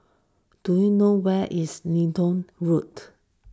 do you know where is Leedon Road